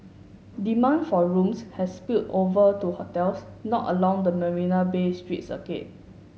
demand for rooms has spilled over to hotels not along the Marina Bay street circuit